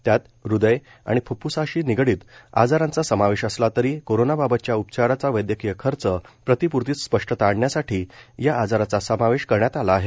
त्यात हृदय आणि फ्फ्फ्साशी निगडित आजारांचा समावेश असला तरी कोरोनाबाबतच्या उपचाराचा वैदयकीय खर्च प्रतिपूर्तीत स्पष्टता आणण्यासाठी या आजाराचा समावेश करण्यात आला आहे